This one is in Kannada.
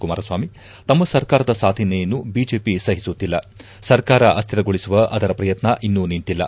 ಕುಮಾರಸ್ವಾಮಿ ತಮ್ಮ ಸರ್ಕಾರದ ಸಾಧನೆಯನ್ನು ಬಿಜೆಪಿ ಸಹಿಸುತ್ತಿಲ್ಲ ಸರ್ಕಾರ ಅಶ್ಮಿರಗೊಳಿಸುವ ಅದರ ಪ್ರಯತ್ನ ಇನ್ನೂ ನಿಂತಿಲ್ಲ